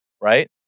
right